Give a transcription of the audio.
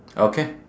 okay